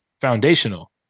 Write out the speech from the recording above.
foundational